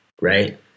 right